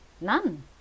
None